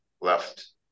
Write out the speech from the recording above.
left